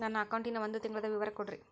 ನನ್ನ ಅಕೌಂಟಿನ ಒಂದು ತಿಂಗಳದ ವಿವರ ಕೊಡ್ರಿ?